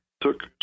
took